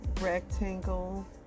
Rectangle